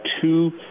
two